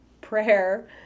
prayer